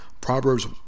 Proverbs